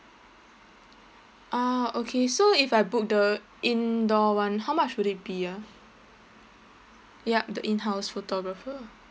ah okay so if I book the indoor [one] how much would it be ah yup the in-house photographer